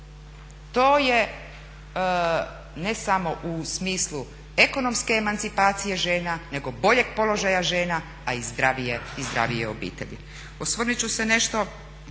To je ne samo u smislu ekonomske emancipacije žena nego boljeg položaja žena a i zdravije obitelji. Osvrnut ću se nešto